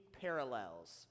parallels